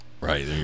right